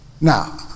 Now